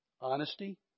honesty